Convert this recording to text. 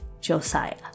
Josiah